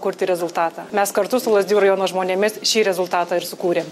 kurti rezultatą mes kartu su lazdijų rajono žmonėmis šį rezultatą ir sukūrėm